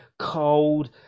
cold